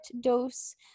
dose